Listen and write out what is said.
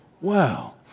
wow